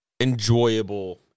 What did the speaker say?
enjoyable